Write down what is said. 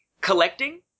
collecting